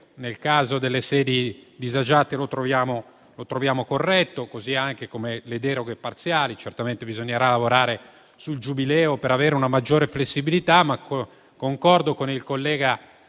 nel caso delle sedi disagiate), così anche come le deroghe parziali. Certamente bisognerà lavorare sul Giubileo per avere una maggiore flessibilità. Ma concordo con il collega